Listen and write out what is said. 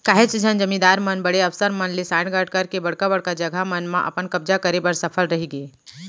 काहेच झन जमींदार मन बड़े अफसर मन ले सांठ गॉंठ करके बड़का बड़का ल जघा मन म अपन कब्जा करे बर सफल रहिगे